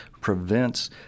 prevents